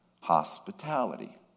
hospitality